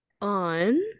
On